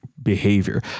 Behavior